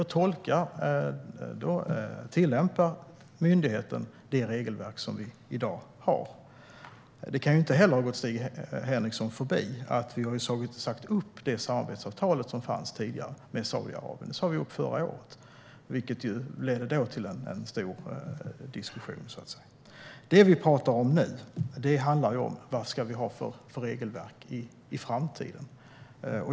I så fall fattar vi beslut om det. Det kan inte ha gått Stig Henriksson förbi att vi har sagt upp det samarbetsavtal med Saudiarabien som tidigare fanns. Det sas upp förra året, vilket ledde till en stor diskussion. Det vi nu talar om är vad vi ska ha för regelverk i framtiden.